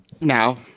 now